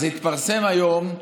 אז התפרסם היום,